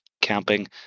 camping